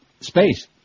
...space